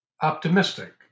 optimistic